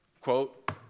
Quote